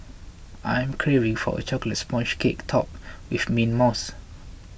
I am craving for a Chocolate Sponge Cake Topped with Mint Mousse